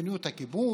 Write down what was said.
למדיניות הכיבוש,